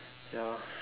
ya